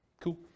Cool